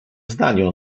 zdaniu